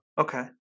Okay